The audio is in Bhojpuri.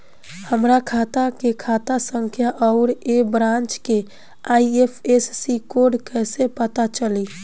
हमार खाता के खाता संख्या आउर ए ब्रांच के आई.एफ.एस.सी कोड कैसे पता चली?